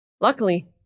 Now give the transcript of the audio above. Luckily